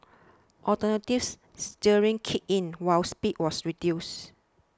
alternatives steering kicked in while speed was reduced